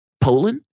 Poland